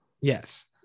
Yes